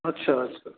अच्छा अच्छा